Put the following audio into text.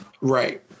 Right